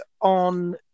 on